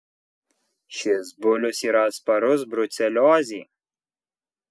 šis bulius yra atsparus bruceliozei